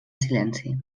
silenci